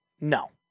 No